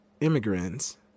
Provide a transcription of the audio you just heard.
immigrants